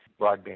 broadband